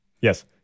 Yes